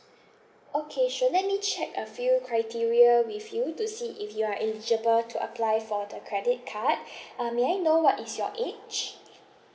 okay sure let me check a few criteria with you to see if you are eligible to apply for the credit card uh may I know what is your age